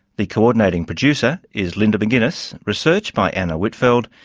the coordinating producer is linda mcginness, research by anna whitfeld,